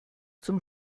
zum